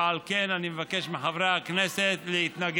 ועל כן אני מבקש מחברי הכנסת להתנגד.